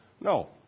No